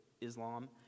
Islam